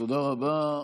תודה רבה.